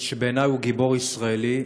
שבעיני הוא גיבור ישראלי,